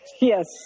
Yes